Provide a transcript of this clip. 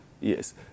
Yes